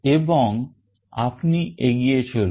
এবং আপনি এগিয়ে চলুন